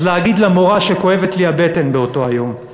אז להגיד למורה שכואבת לי הבטן באותו היום";